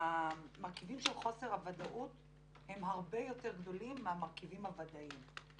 המרכיבים של חוסר הוודאות הם הרבה יותר גדולים מהמרכיבים הוודאיים,